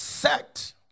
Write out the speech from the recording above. set